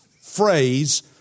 phrase